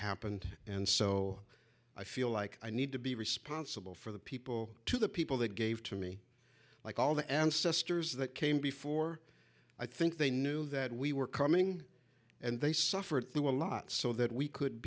happened and so i feel like i need to be responsible for the people to the people that gave to me like all the ancestors that came before i think they knew that we were coming and they suffered through a lot so that we could